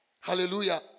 Hallelujah